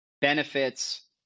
benefits